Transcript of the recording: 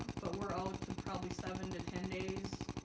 but we're out to probably seven to ten days.